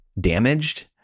damaged